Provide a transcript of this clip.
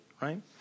right